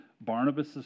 Barnabas